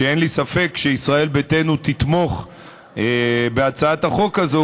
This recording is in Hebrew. אין לי ספק שישראל ביתנו תתמוך בהצעת החוק הזאת,